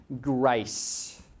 grace